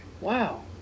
Wow